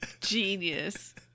genius